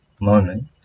moment